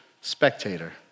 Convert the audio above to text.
spectator